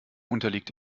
unterliegt